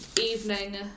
evening